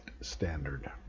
standard